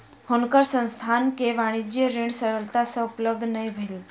हुनकर संस्थान के वाणिज्य ऋण सरलता सँ उपलब्ध भ गेल